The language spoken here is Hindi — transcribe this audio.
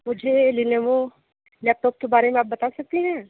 मुझे लेनोवो लैपटॉप के बारे में आप बता सकती हैं